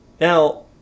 Now